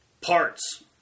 parts